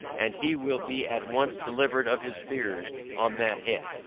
and he will be at once delivered of his fears on that head.